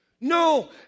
No